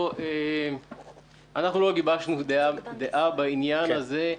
אנחנו לא גיבשנו דעה בעניין הזה,